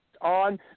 On